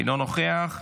אינו נוכח.